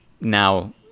now